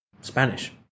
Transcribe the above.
Spanish